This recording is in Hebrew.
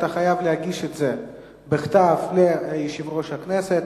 אתה חייב להגיש את זה בכתב ליושב-ראש הכנסת,